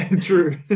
true